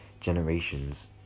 generations